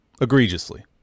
egregiously